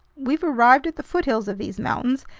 we've arrived at the foothills of these mountains,